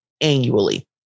annually